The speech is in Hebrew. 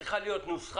צריכה להיות נוסחה,